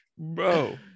bro